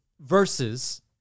Versus